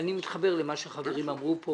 אני מתחבר למה שהחברים אמרו כאן,